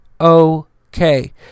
okay